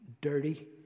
dirty